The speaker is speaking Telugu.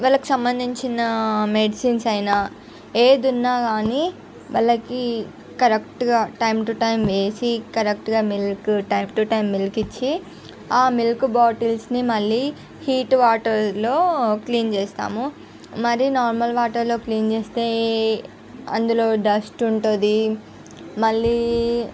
వీళ్ళకి సంబంధించిన మెడిసిన్స్ అయినా ఏ దున్నకాని వాళ్ళకి కరెక్ట్గా టైం టు టైం ఏసీ కరెక్ట్గా మిల్క్ టైం టు టైం ఇచ్చి ఆ మిల్క్ బాటిల్స్ని మళ్ళీ హీట్ వాటర్లో క్లీన్ చేస్తాము మరి నార్మల్ వాటర్లో క్లీన్ చేస్తే అందులో డస్ట్ ఉంటుంది మళ్ళీ